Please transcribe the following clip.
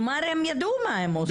כלומר, הם ידעו מה הם עושים.